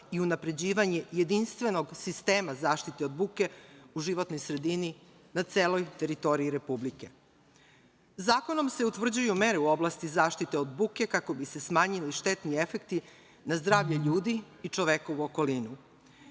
i unapređivanje jedinstvenog sistema zaštite od buke u životnoj sredini na celoj teritoriji republike. Zakonom se utvrđuju mere u oblasti zaštite od buke kako bi se smanjili štetni efekti na zdravlje ljudi i čovekovu okolinu.